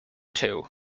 too